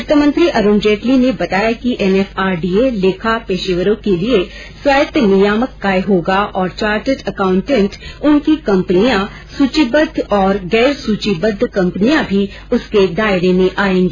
वित्त मंत्री अरुण जेटली ने बताया कि एनएफआरडीए लेखा पेशेवरों के लिए स्वायत्त नियामक निकाय होगा और चार्टर्ड अकाउंटेंट उनकी कंपनियाँ सुचीबद्ध और गैर सुचीबद्ध कंपनियाँ भी उसके दायरे में आयेंगी